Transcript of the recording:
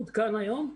מעודכן להיום,